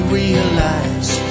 realize